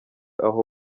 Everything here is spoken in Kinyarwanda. aho